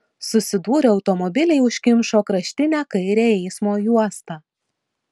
susidūrę automobiliai užkimšo kraštinę kairę eismo juostą